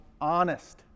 honest